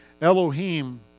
Elohim